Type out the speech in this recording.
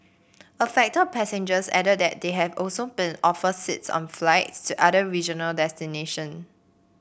affected passengers added that they had also been offered seats on flights to other regional destination